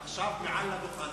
עכשיו מעל הדוכן,